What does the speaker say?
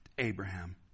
Abraham